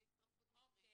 בהצטרפות מקרים.